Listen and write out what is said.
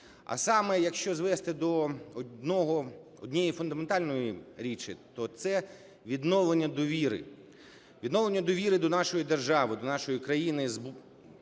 а саме, якщо звести до однієї фундаментальної речі, то це відновлення довіри. Відновлення довіри до нашої держави, до нашої країни ззовні,